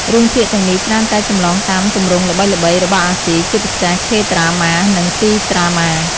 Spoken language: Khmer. រឿងភាគទាំងនេះច្រើនតែចម្លងតាម ទម្រង់ល្បីៗ របស់អាស៊ី ជាពិសេស K-Drama និង C-Drama។